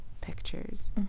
pictures